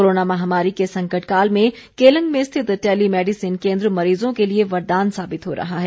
corona महामारी के संकट काल में केलंग स्थित टेलीमैडिसन केन्द्र मरीजों के लिए वरदान साबित हो रहा है